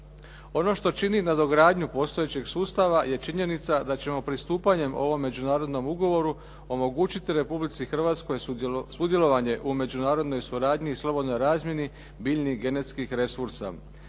Ono što čini nadogradnju postojećeg sustava je činjenica da ćemo pristupanjem ovom međunarodnom ugovoru omogućiti Republici Hrvatskoj sudjelovanje u međunarodnoj suradnji i slobodnoj razmjeni biljnih genetskih resursa.